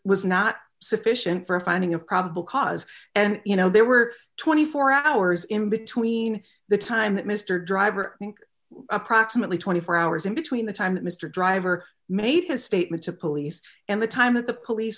was not sufficient for a finding of probable cause and you know there were twenty four hours in between the time that mr driver think approximately twenty four hours and between the time that mr driver made his statement to police and the time that the police